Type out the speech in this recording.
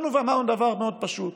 אמרנו דבר מאוד פשוט,